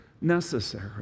necessary